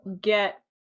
get